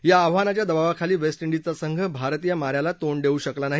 या आव्हानाच्या दबावाखाली वेस् इंडिजचा संघ भारतीय मान्याला तोंड देऊ शकला नाही